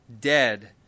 dead